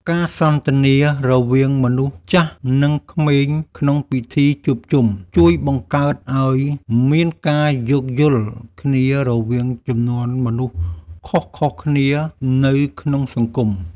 ការសន្ទនារវាងមនុស្សចាស់និងក្មេងក្នុងពិធីជួបជុំ ជួយបង្កើតឱ្យមានការយោគយល់គ្នារវាងជំនាន់មនុស្សខុសៗគ្នានៅក្នុងសង្គម។